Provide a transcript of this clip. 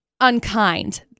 unkind